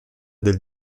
del